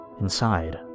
Inside